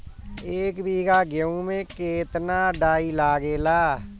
एक बीगहा गेहूं में केतना डाई लागेला?